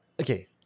Okay